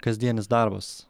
kasdienis darbas